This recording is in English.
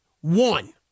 One